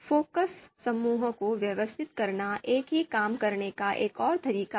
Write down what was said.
focus समूहों को व्यवस्थित करना एक ही काम करने का एक और तरीका है